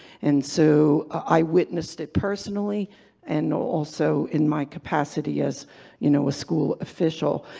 and so i witnessed it personally and also in my capacity as you know a school official,